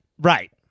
Right